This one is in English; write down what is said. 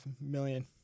million